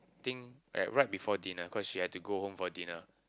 think at right before dinner cause she had to go home for dinner